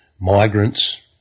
migrants